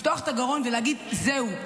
לפתוח את הגרון ולהגיד: זהו,